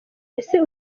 ese